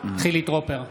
חילי טרופר,